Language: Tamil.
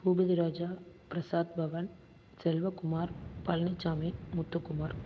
பூபதிராஜா பிரசாத்பவன் செல்வகுமார் பழனிச்சாமி முத்துக்குமார்